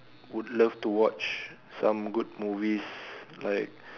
would love to watch some good movies like